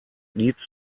needs